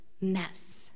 mess